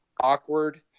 awkward